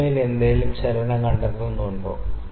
കുമിളയിൽ എന്തെങ്കിലും ചലനം കണ്ടെത്തുന്നുണ്ടോ